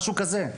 משהו כזה.